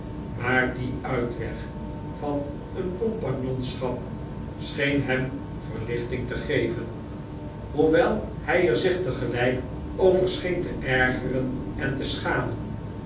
maar die uitweg van een compagnonschap scheen hem verlichting te geven hoewel hij er zich tegelijk over scheen te ergeren en te schamen